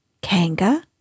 Kanga